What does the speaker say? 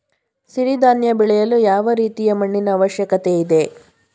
ಸಿರಿ ಧಾನ್ಯ ಬೆಳೆಯಲು ಯಾವ ರೀತಿಯ ಮಣ್ಣಿನ ಅವಶ್ಯಕತೆ ಇದೆ?